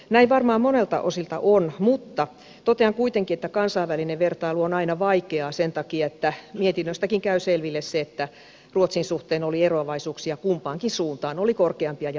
näin varmaan monelta osin on mutta totean kuitenkin että kansainvälinen vertailu on aina vaikeaa sen takia että mietinnöstäkin käy selville se että ruotsin suhteen oli eroavaisuuksia kumpaankin suuntaan oli korkeampia ja matalampia